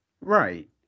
Right